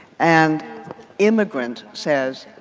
and immigrant says,